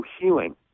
healing